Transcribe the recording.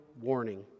warning